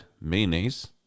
mayonnaise